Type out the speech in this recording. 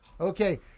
Okay